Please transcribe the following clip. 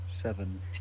Seven